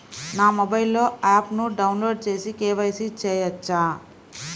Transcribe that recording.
నా మొబైల్లో ఆప్ను డౌన్లోడ్ చేసి కే.వై.సి చేయచ్చా?